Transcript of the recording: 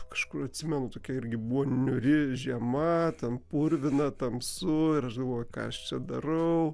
kažkur atsimenu tokia irgi buvo niūri žiema ten purvina tamsu ir aš galvoju ką aš čia darau